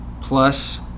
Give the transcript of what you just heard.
plus